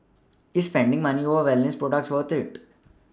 is spending money on wellness products worth it